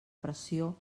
pressió